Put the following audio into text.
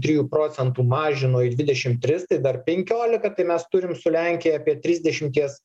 trijų procentų mažino į dvidešim tris tai dar penkiolika tai mes turim su lenkija apie trisdešimies